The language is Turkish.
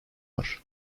var